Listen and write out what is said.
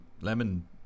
lemon